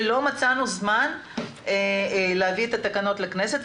שלא מצאנו זמן להביא את התקנות לכנסת.